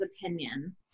opinion